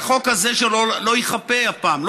והחוק הזה שלא ייכפה הפעם.